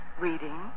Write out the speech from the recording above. Reading